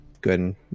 Good